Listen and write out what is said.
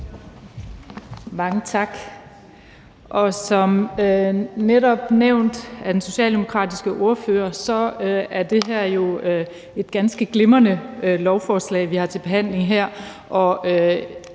Mange tak. Som netop nævnt af den socialdemokratiske ordfører er det her jo et ganske glimrende lovforslag, vi har til behandling her.